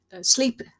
sleep